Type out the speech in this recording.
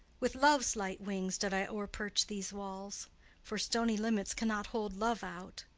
with love's light wings did i o'erperch these walls for stony limits cannot hold love out,